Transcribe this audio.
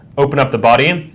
open up the body,